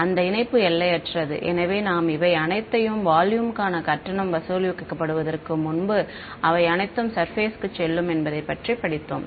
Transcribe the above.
அந்த இணைப்பு எல்லையற்றது எனவே நாம் இவை அனைத்தையும் வால்யூம்க்கான கட்டணம் வசூலிக்கப்படுவதற்கு முன்பு அவை அனைத்தும் சர்பேஸ்க்குச் செல்லும் என்பதைப் பற்றி படித்தோம்